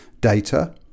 data